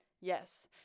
Yes